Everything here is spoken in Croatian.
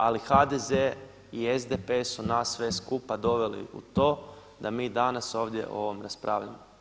Ali HDZ i SDP su nas sve skupa doveli u to da mi danas ovdje o ovome raspravljamo.